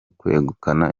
kwegukana